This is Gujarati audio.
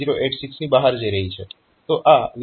તો આખરે 20 બીટની બસ 8086 ની બહાર જઈ રહી છે